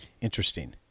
Interesting